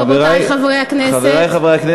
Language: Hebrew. רבותי חברי הכנסת,